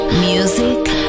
Music